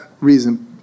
reason